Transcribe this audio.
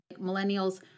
millennials